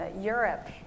Europe